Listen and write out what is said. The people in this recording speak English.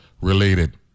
related